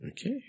Okay